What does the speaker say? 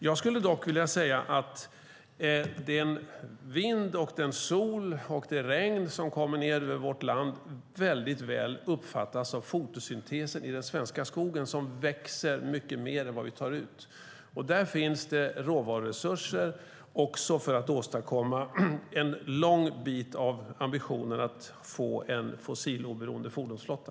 Jag skulle dock vilja säga att den vind, den sol och det regn som kommer ned över vårt land väldigt väl uppfattas av fotosyntesen i den svenska skogen som växer mycket mer än vi tar ut. Där finns det råvaruresurser också för att åstadkomma en lång bit av ambitionen att få en fossiloberoende fordonsflotta.